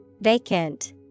Vacant